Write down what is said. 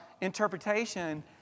interpretation